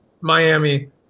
Miami